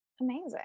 Amazing